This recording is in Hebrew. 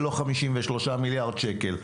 ולא 53 מיליארד שקל.